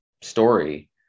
story